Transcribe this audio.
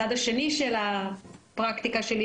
שבעיקר ציין פרופ' קורצ'ין,